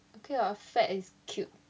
okay [what] fat is cute